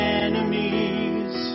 enemies